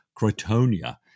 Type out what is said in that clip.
Cretonia